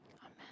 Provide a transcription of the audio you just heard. Amen